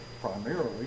primarily